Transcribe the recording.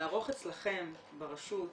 לערוך אצלכם ברשות,